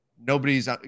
nobody's